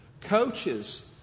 Coaches